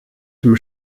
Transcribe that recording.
dem